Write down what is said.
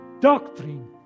doctrine